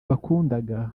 bakundaga